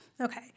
okay